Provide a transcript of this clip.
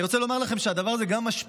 אני רוצה לומר לכם שהדבר הזה משפיע